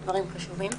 דברים חשובים.